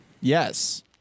Yes